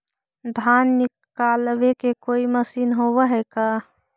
धान निकालबे के कोई मशीन होब है का?